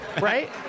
right